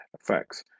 effects